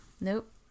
Nope